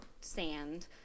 sand